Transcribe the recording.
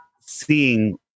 seeing